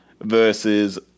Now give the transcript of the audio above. versus